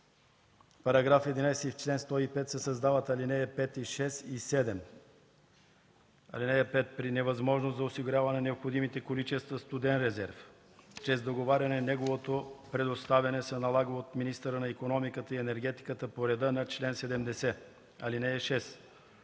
§ 11: „§ 11. В чл. 105 се създават алинеи 5, 6 и 7: „(5) При невъзможност за осигуряване на необходимите количества студен резерв чрез договаряне, неговото предоставяне се налага от министъра на икономиката и енергетиката по реда на чл. 70. (6)